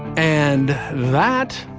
and that,